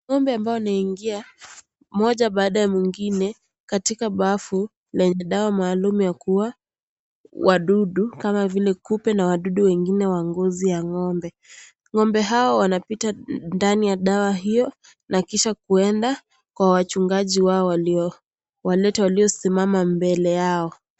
Ng'ombe ambayo imeengia moja baada ya mwingine katika bafu lenye dawa maalum ya kuua wadudu kama vile kupe na wadudu wengine wa ngozi ya ng'ombe , ng'ombe hawo wanapita ndani ya dawa hiyo na kisha kuenda kwa wachungaji wao waliowalete waliosimama mbele yao.